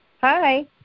hi